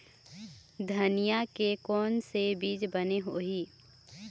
धनिया के कोन से बीज बने होही?